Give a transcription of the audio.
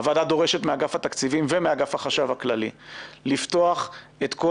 הוועדה דורשת מאגף התקציבים ומאגף החשב הכללי לפתוח את כל